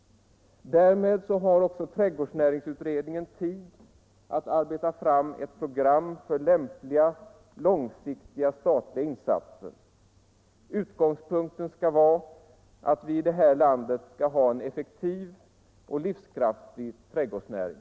Därmed har också trädgårdsnäringsutredningen tid att arbeta fram ett program för lämpliga långsiktiga statliga insatser. Utgångspunkten skall vara att vi i vårt land skall ha en effektiv och livskraftig trädgårdsnäring.